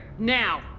Now